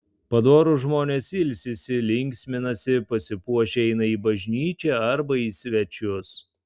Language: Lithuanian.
padorūs žmonės ilsisi linksminasi pasipuošę eina į bažnyčią arba į svečius